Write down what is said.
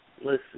Listen